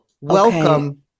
Welcome